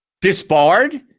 disbarred